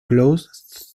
close